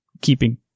keeping